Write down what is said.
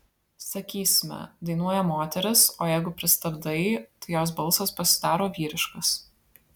sakysime dainuoja moteris o jeigu pristabdai tai jos balsas pasidaro vyriškas